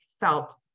felt